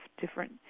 different